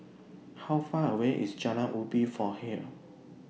How Far away IS Jalan Ubin from here